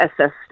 assist